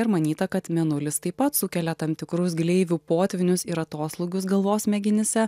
ir manyta kad mėnulis taip pat sukelia tam tikrus gleivių potvynius ir atoslūgius galvos smegenyse